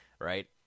right